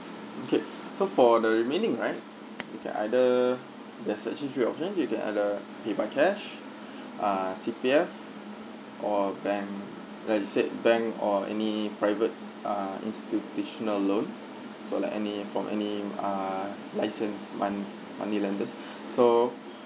mm okay so for the remaining right okay either there's actually three option you can either pay by cash ah C_P_F or a bank registered bank or any private ah institutional loan so like any from any ah licensed mon~ money lenders so